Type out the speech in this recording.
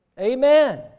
Amen